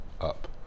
up